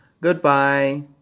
Goodbye